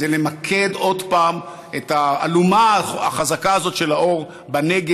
זה בלמקד עוד פעם את האלומה החזקה הזאת של האור בנגב,